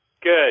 good